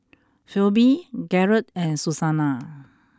Phoebe Garrett and Susannah